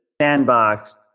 Sandbox